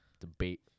debate